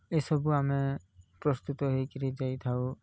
ଏସବୁ ଆମେ ପ୍ରସ୍ତୁତ ହୋଇକିରି ଯାଇଥାଉ